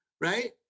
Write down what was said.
right